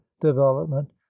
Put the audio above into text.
development